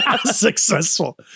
Successful